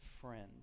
friend